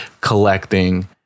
collecting